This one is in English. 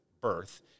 birth